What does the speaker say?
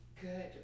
Good